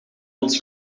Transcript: ons